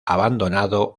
abandonado